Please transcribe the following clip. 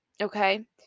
okay